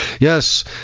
yes